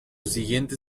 siguiente